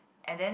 and then